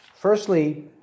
firstly